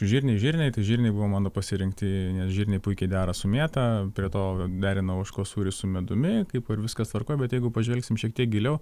žirniai žirniai tai žirniai buvo mano pasirinkti nes žirniai puikiai dera su mėta prie to derinau ožkos sūrį su medumi kaip ir viskas tvarkoj bet jeigu pažvelgsim šiek tiek giliau